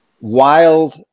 wild